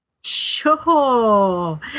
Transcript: Sure